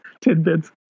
tidbits